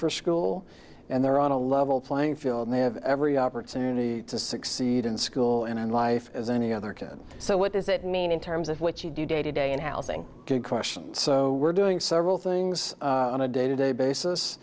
for school and they're on a level playing field they have every opportunity to succeed in school and in life as any other kid so what does that mean in terms of what you do day to day in housing good question so we're doing several things on a day to day basis